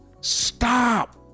Stop